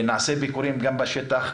נעשה ביקורים גם בשטח,